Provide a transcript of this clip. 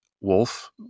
Wolf